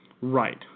Right